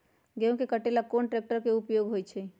गेंहू के कटे ला कोंन ट्रेक्टर के उपयोग होइ छई?